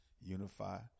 unify